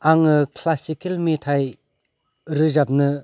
आङो क्लासिकेल मेथाइ रोजाबनो